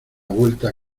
vuelta